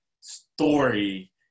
story